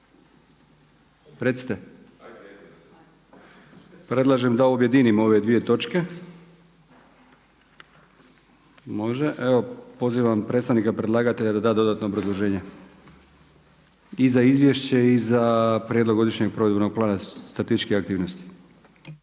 Predlažem da objedinimo ove dvije točke. Može. Evo pozivam predstavnika predlagatelja da da dodatno obrazloženje i za izvješće i za prijedlog godišnjeg proizvodnog plana statističke aktivnosti.